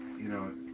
you know,